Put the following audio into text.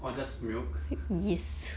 orh just milk